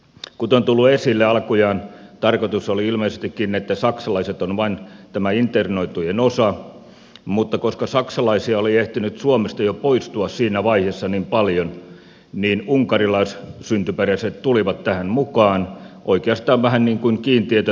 kuten on tullut esille alkujaan tarkoitus oli ilmeisestikin että vain saksalaiset ovat tämä internoitujen osa mutta koska saksalaisia oli ehtinyt suomesta jo poistua siinä vaiheessa niin paljon niin unkarilaissyntyperäiset tulivat tähän mukaan oikeastaan vähän niin kuin kiintiötä täyttämään